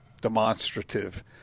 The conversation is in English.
demonstrative